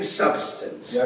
substance